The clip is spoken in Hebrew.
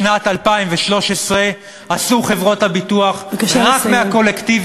בשנת 2013 עשו חברות הביטוח, בבקשה לסיים.